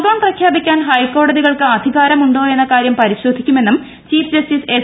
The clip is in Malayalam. ലോക്ഡൌൺ പ്രഖ്യാപിക്കാൻ ഹൈക്കോടതികൾക്ക് അധികാരമുണ്ടോ എന്ന കാര്യം പരിശോധിക്കുമെന്നും ചീഫ് ജസ്റ്റിസ് എസ്